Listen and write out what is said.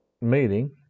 meeting